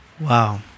Wow